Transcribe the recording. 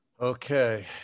Okay